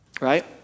right